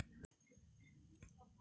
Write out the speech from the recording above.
ಈ ಸಾಲವನ್ನು ಎಷ್ಟು ಕಂತಿನಲ್ಲಿ ಕಟ್ಟಬಹುದು?